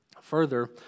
further